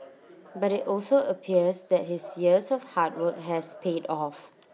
but IT also appears that his years of hard work has paid off